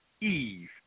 Eve